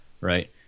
right